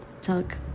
talk